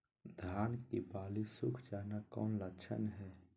धान की बाली सुख जाना कौन लक्षण हैं?